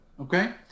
Okay